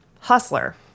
hustler